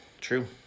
True